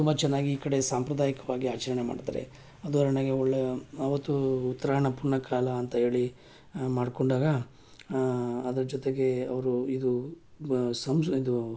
ತುಂಬ ಚೆನ್ನಾಗಿ ಈ ಕಡೆ ಸಾಂಪ್ರದಾಯಿಕವಾಗಿ ಆಚರಣೆ ಮಾಡ್ತಾರೆ ಉದಾಹರಣೆಗೆ ಒಳ್ಳೆಯ ಅವತ್ತು ಉತ್ತರಾಯಣ ಪುಣ್ಯಕಾಲ ಅಂತ ಹೇಳಿ ಮಾಡಿಕೊಂಡಾಗ ಅದ್ರ ಜೊತೆಗೆ ಅವರು ಇದು ಸಂಸ್ ಇದು